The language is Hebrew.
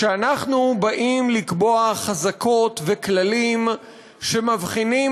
כשאנחנו באים לקבוע חזקות וכללים שמבחינים